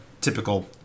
typical